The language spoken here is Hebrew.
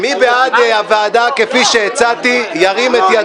מי בעד הוועדה כפי שהצעתי, ירים את ידו.